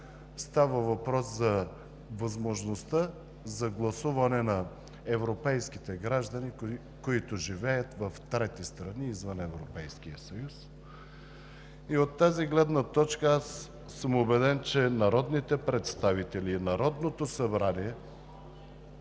става въпрос за възможността за гласуване на европейските граждани, които живеят в трети страни, извън Европейския съюз. От тази гледна точка съм убеден, че народните представители, Народното събрание